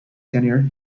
tenure